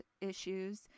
issues